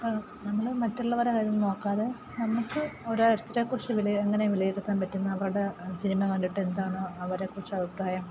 നമ്മൾ മറ്റുള്ളവരുടെ കാര്യം നോക്കാതെ നമുക്ക് ഒരാക്ടറെക്കുറിച്ചു വിലയി എങ്ങനെ വിലയിരുത്താൻ പറ്റുന്ന അവരുടെ സിനിമ കണ്ടിട്ട് എന്താണോ അവരെക്കുറിച്ച് അഭിപ്രായം